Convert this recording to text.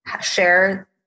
share